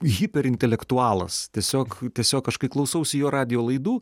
hiperintelektualas tiesiog tiesiog aš kai klausausi jo radijo laidų